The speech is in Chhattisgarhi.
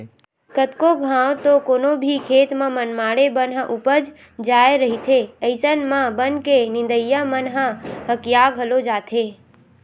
कतको घांव तो कोनो भी खेत म मनमाड़े बन ह उपज जाय रहिथे अइसन म बन के नींदइया मन ह हकिया घलो जाथे